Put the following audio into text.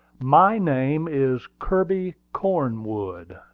my name is kirby cornwood,